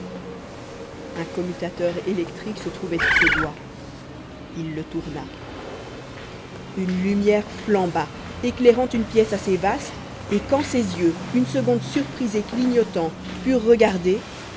un commutateur électrique se trouvait sous ses doigts il le tourna une lumière flamba éclairant une pièce assez vaste et quand ses yeux une seconde surpris et clignotants purent regarder